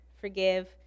forgive